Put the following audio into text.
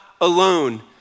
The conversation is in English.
alone